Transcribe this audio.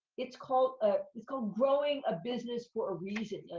it's called, ah it's called growing a business for a reason.